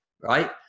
right